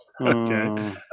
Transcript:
Okay